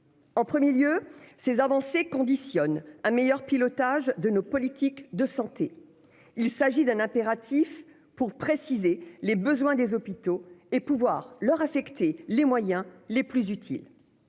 En premier lieu, ces avancées conditionnent un meilleur pilotage de nos politiques de santé. Il s'agit d'un impératif pour préciser les besoins des hôpitaux et pouvoir leur affecter les moyens les plus utiles.